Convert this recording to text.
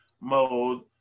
mode